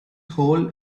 hole